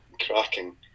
cracking